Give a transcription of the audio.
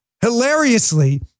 hilariously